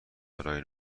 برای